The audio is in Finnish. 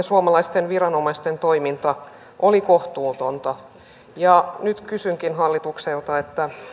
suomalaisten viranomaisten toiminta oli kohtuutonta nyt kysynkin hallitukselta